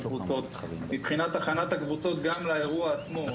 הכנת הקבוצות לקראת האירוע עצמו.